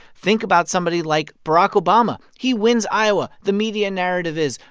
think about somebody like barack obama. he wins iowa. the media narrative is,